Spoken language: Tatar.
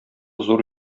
зур